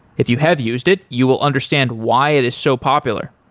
if you have used it, you will understand why it is so popular.